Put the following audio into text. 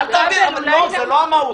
לא, זאת לא המהות.